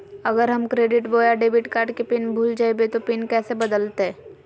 अगर हम क्रेडिट बोया डेबिट कॉर्ड के पिन भूल जइबे तो पिन कैसे बदलते?